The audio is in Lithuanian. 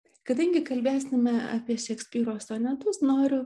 kadangi kalbėsime apie šekspyro sonetus noriu